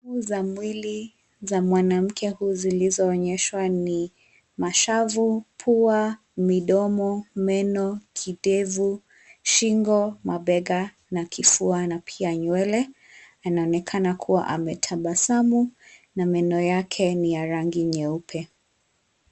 Sehemu za mwili za mwanamke huyu zilizoonyeshwa ni mashavu, pua, midomo, meno, kidevu, shingo, mabega na kifua na pia nywele. Anaonekana kuwa ametabasamu na meno yake ni ya rangi nyeupe.